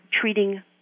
treating